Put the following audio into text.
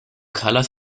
colours